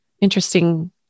interesting